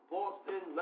Boston